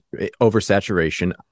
oversaturation